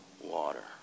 water